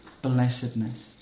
Blessedness